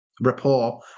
rapport